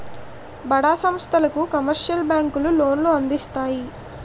బడా సంస్థలకు కమర్షియల్ బ్యాంకులు లోన్లు అందిస్తాయి